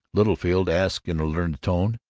littlefield asked, in a learned tone,